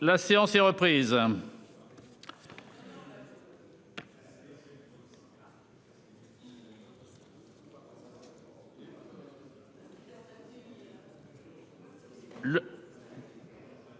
La séance est reprise.